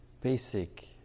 basic